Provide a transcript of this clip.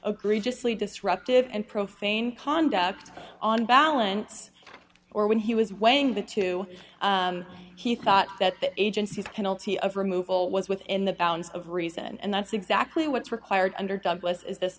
agree just leave disruptive and profane conduct on balance or when he was weighing the two he thought that the agency penalty of removal was within the bounds of reason and that's exactly what's required under douglas is this